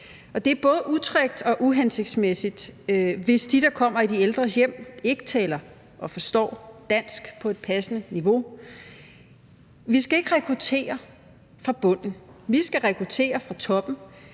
det er både utrygt og uhensigtsmæssigt, hvis de, der kommer i de ældres hjem, ikke taler og forstår dansk på et passende niveau. Vi skal ikke rekruttere fra bunden. Vi skal rekruttere fra toppen